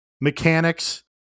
mechanics